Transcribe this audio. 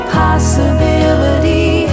possibility